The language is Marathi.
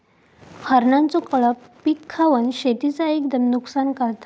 हरणांचो कळप पीक खावन शेतीचा एकदम नुकसान करता